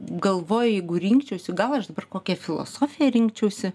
galvoju jeigu rinkčiausi gal aš dabar kokią filosofiją rinkčiausi